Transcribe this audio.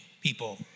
people